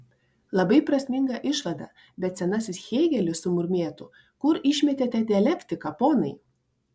labai prasminga išvada bet senasis hėgelis sumurmėtų kur išmetėte dialektiką ponai